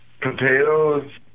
potatoes